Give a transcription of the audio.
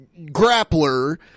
grappler